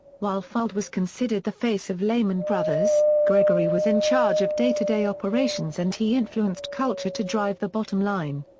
while fuld was considered the face of lehman brothers, gregory was in charge of day-to-day operations and he influenced culture to drive the bottom line.